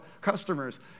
customers